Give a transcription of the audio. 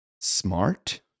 smart